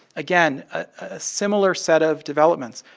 again, a similar set of developments.